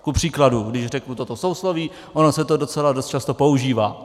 Kupříkladu když řeknu toto sousloví, ono se to docela dost často používá.